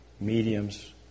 mediums